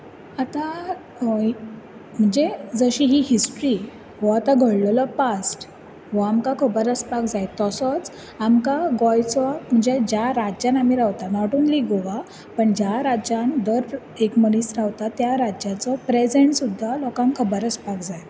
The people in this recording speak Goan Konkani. आतां अय जे जशी ही हिस्ट्री हो आतां घडलोलो पास्ट हो आमकां खबर आसपाक जाय तसोच आमकां गोंयचो म्हणजे ज्या राज्यान आमी रावता नॉट ओन्ली गोवा पण ज्या राज्यान दर एक मनीस रावता त्या राज्याचो प्रेजेन्ट सुद्दां लोकांक खबर आसपाक जाय